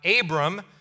Abram